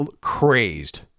crazed